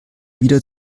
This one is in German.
wieder